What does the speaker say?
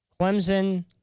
Clemson